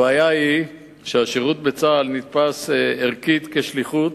הבעיה היא שהשירות בצה"ל נתפס, ערכית, כשליחות,